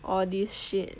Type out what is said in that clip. all this shit